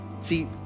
See